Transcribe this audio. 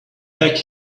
back